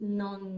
non